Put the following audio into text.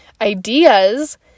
ideas